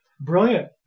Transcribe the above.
Brilliant